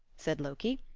said loki.